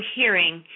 hearing